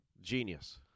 genius